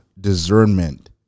discernment